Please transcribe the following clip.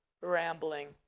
rambling